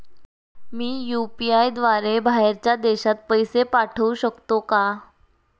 मी UPI द्वारे बाहेरच्या देशात पैसे पाठवू शकतो का?